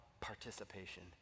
participation